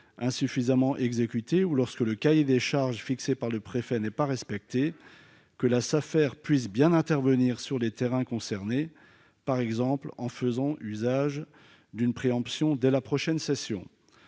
insuffisamment ou lorsque le cahier des charges fixé par le préfet n'est pas respecté, nous proposons donc que la Safer puisse intervenir sur les terrains concernés, par exemple en faisant usage d'une préemption dès la prochaine cession.